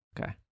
Okay